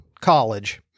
college